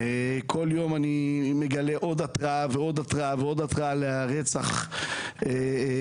כל יום אני מגלה עוד התרעה ועוד התרעה לרצח הבא,